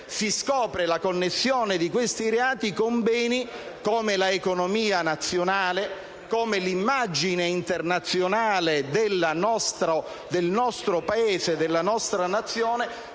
si scopre la connessione di questi reati con beni come l'economia nazionale, l'immagine internazionale del nostro Paese, della nostra Nazione,